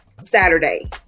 Saturday